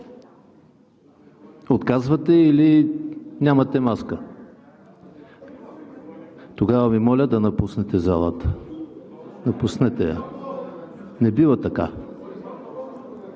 Отказвате или нямате маска? Тогава Ви моля да напуснете залата! Не бива така.